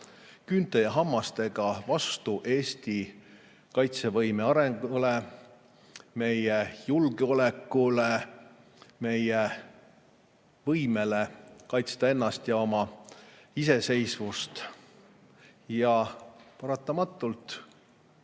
küünte ja hammastega vastu Eesti kaitsevõime arengule, meie julgeolekule, meie võimele kaitsta ennast ja oma iseseisvust? Ja paratamatult